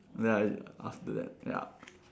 then I after that ya